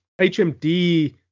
HMD